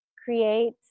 Create